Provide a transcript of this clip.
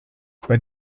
bei